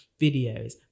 videos